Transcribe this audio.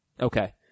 Okay